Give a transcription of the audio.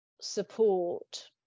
support